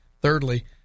thirdly